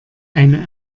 eine